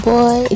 Boy